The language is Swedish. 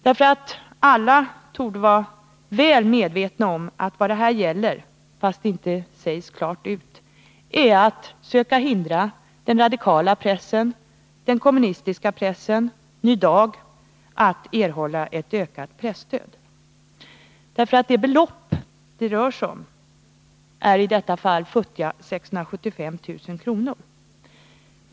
Alla torde nämligen vara väl medvetna om att vad det här gäller, fast det inte sägs klart ut, är att söka hindra den radikala pressen, den kommunistiska pressen — Ny Dag -— att erhålla ett ökat presstöd. Det belopp det rör sig om är i detta fall futtiga 675 000 kr.